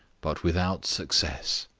but without success.